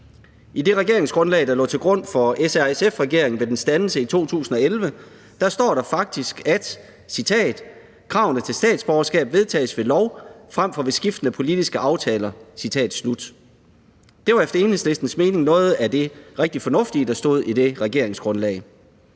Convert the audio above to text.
I det regeringsgrundlag, der lå til grund for SRSF-regeringens ved dens dannelse i 2011, står der faktisk: »Kravene til statsborgerskab vedtages ved lov frem for ved skiftende politiske aftaler«. Det var efter Enhedslistens mening noget af det rigtig fornuftige, der stod i det regeringsgrundlag.